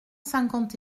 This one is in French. cinquante